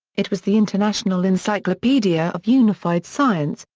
it was the international encyclopedia of unified science,